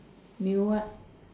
new what